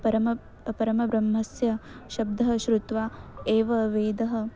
परमः परमब्रह्मस्य शब्दः श्रुत्वा एव वेदः